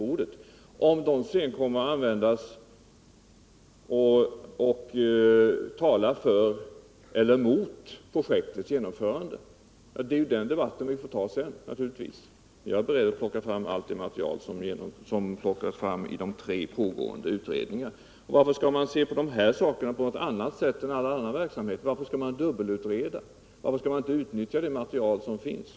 Om dessa fakta sedan kommer att tala för eller emot projektets genomförande, måste naturligtvis bli avgörande för den fortsatta debatten, och jag är beredd att därvid redovisa allt det material som kan ha framkommit i samband med de tre pågående utredningarna. Varför skall man behandla dessa frågor på ett annat sätt än man gör med frågor beträffande all annan verksamhet? Varför skall man dubbelutreda? Varför skall man inte utnyttja det material som finns?